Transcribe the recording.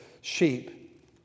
sheep